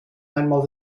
einmal